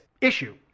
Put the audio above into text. issue